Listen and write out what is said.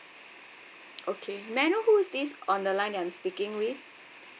okay may I know who is this on the line that I'm speaking with